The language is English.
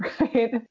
right